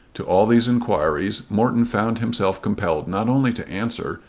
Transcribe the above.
to all these inquiries morton found himself compelled not only to answer,